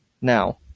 now